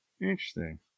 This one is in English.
Interesting